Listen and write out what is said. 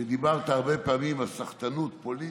דיברת הרבה פעמים על סחטנות פוליטית,